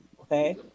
Okay